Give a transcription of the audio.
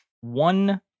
one